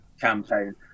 campaign